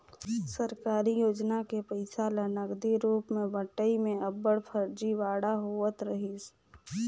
सरकारी योजना के पइसा ल नगदी रूप में बंटई में अब्बड़ फरजीवाड़ा होवत रहिस